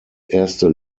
erste